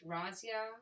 Razia